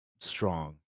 strong